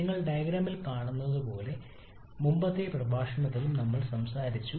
നിങ്ങൾ ഡയഗ്രാമിൽ കാണുന്നതുപോലെ മുമ്പത്തെ പ്രഭാഷണത്തിലും നമ്മൾ സംസാരിച്ചു